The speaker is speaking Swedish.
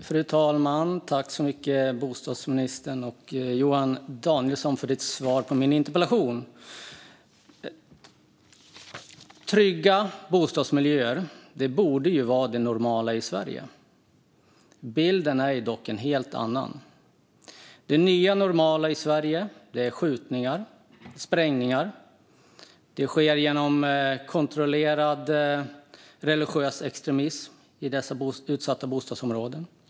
Fru talman! Tack så mycket, bostadsminister Johan Danielsson, för svaret på min interpellation! Trygga bostadsmiljöer borde vara det normala i Sverige. Bilden är dock en helt annan. Det nya normala i Sverige är skjutningar och sprängningar, och det sker genom kontrollerad religiös extremism i dessa utsatta bostadsområden.